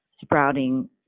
sprouting